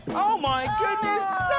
oh my goodness.